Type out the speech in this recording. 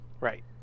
Right